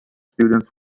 students